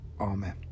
Amen